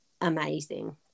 amazing